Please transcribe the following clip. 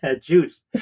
juice